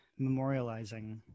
memorializing